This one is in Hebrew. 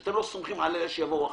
שאתם לא סומכים על אלה שיבואו אחרינו,